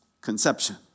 conception